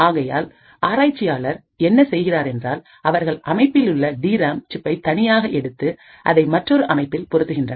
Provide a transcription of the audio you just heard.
ஆகையால் ஆராய்ச்சியாளர் என்ன செய்கிறார்கள் என்றால் அவர்கள் அமைப்பிலுள்ள டி ராம் சிப்பை தனியாக எடுத்து அதை மற்றொரு அமைப்பில் பொருத்துகின்றனர்